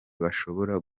bashobora